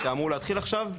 שאמור להתחיל עכשיו,